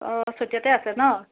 অঁ চতিয়াতে আছে ন